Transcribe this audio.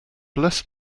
bless